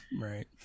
Right